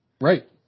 right